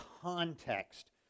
context